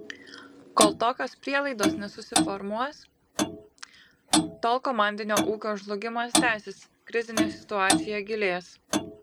kol tokios prielaidos nesusiformuos tol komandinio ūkio žlugimas tęsis krizinė situacija gilės